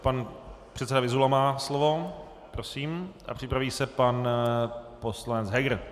Pan předseda Vyzula má slovo, prosím, a připraví se pan poslanec Heger.